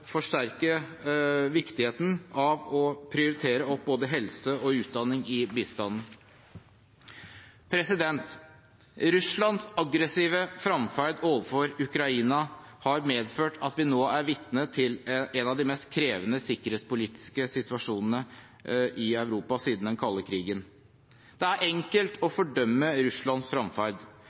forsterke viktigheten av å prioritere opp både helse og utdanning i bistanden. Russlands aggressive fremferd overfor Ukraina har medført at vi nå er vitne til en av de mest krevende sikkerhetspolitiske situasjonene i Europa siden den kalde krigen. Det er enkelt å fordømme Russlands